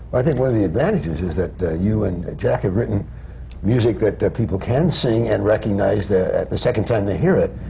i think one of the advantages is that you and jack have written music that that people can sing and recognize the the second time they hear it,